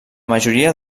majoria